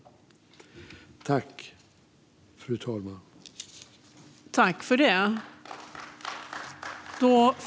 Extra ändringsbudget för 2023 - Tillfällig skatt på vissa elprodu-centers överintäkter